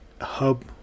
hub